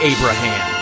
Abraham